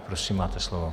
Prosím, máte slovo.